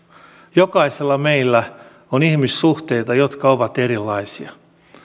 jokaisella meillä on ihmissuhteita jotka ovat erilaisia